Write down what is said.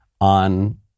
on